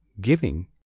giving